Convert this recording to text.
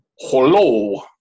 Hello